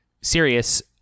serious